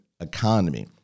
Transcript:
economy